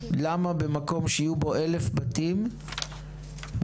למה במקום שיהיו בו 1,000 בתים ובירושלים